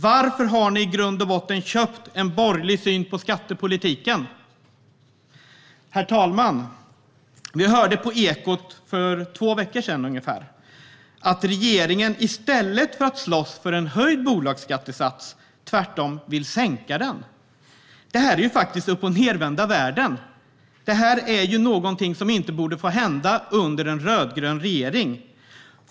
Varför har ni i grund och botten köpt en borgerlig syn på skattepolitiken? Herr talman! Vi hörde i Ekot för ungefär två veckor sedan att regeringen i stället för att slåss för höjd bolagsskattesats tvärtom vill sänka den. Det här är ju uppochnedvända världen. Det är någonting som inte borde få hända under en rödgrön regering.